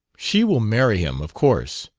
she will marry him, of course,